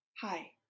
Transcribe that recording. Hi